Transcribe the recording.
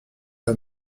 pas